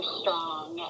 strong